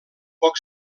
poc